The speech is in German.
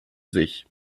sich